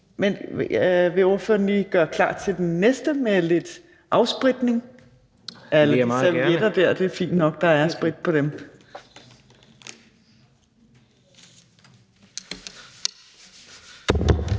men vil ordføreren lige gøre klar til den næste med lidt afspritning? Det er meget fornemt med servietterne.